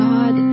God